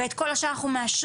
ואת כל השאר אנחנו מאשרים.